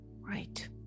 right